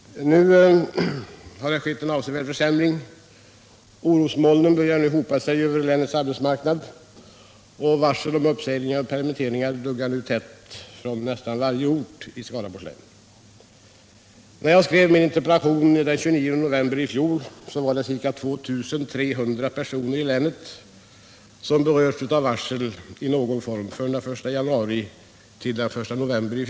Nu har det skett en avsevärd försämring. Orosmolnen börjar nu hopa sig över länets arbetsmarknad, och varsel om försämringar och permitteringar duggar tätt från nästan varje ort i Skaraborgs län. När jag skrev min interpellation den 29 november i fjol var det ca 2 300 personer i länet som berörts av varsel i någon form från den 1 januari till den 1 november.